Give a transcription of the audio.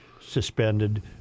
suspended